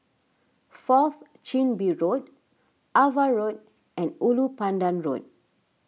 Fourth Chin Bee Road Ava Road and Ulu Pandan Road